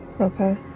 Okay